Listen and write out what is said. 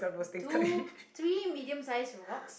two three medium-sized rocks